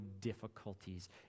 difficulties